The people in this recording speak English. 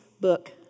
book